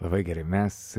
labai gerai mes